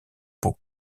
pau